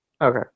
Okay